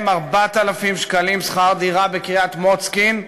4,000 שקלים שכר דירה בקריית-מוצקין,